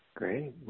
great